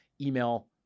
email